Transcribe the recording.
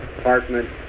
apartment